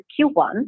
Q1